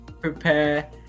prepare